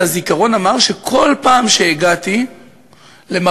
זה הזיכרון המר שכל פעם שהגעתי למרפאה,